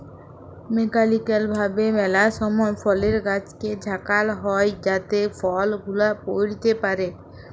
mechanical ভাবে ম্যালা সময় ফলের গাছকে ঝাঁকাল হই যাতে ফল গুলা পইড়তে পারে